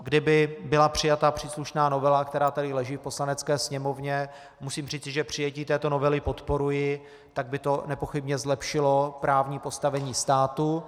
Kdyby byla přijata příslušná novela, která leží tady v Poslanecké sněmovně musím říci, že přijetí této novely podporuji , tak by to nepochybně zlepšilo právní postavení státu.